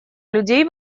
людей